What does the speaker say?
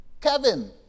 Kevin